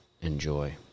enjoy